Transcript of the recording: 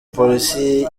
polisi